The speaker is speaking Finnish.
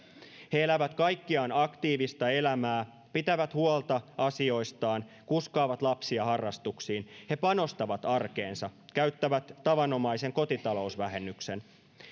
he elävät kaikkiaan aktiivista elämää pitävät huolta asioistaan kuskaavat lapsia harrastuksiin he panostavat arkeensa käyttävät tavanomaisen kotitalousvähennyksen